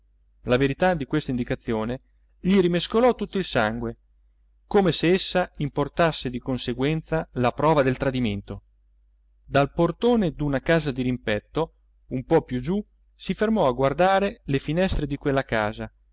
la verità di questa indicazione gli rimescolò tutto il sangue come se essa importasse di conseguenza la prova del tradimento dal portone d'una casa dirimpetto un po più giù si fermò a guardare le finestre di quella casa